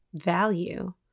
value